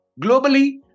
Globally